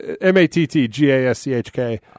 m-a-t-t-g-a-s-c-h-k